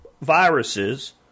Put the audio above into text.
viruses